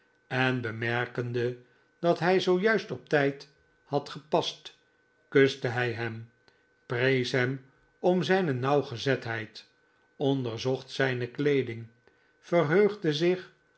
en bemerkende dat hij zoo juist op tijd had gepast kuste hij hem prees hem om zijne nauwgezetheid onderzocht zijne kleeding verheugde zich